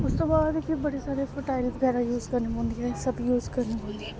उस तू बाद कि बड़े सारे फर्टाइल बगैरा यूज करनी पौंदी ऐ सब यूज करनी पौंदी